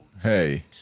Hey